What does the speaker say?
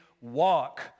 walk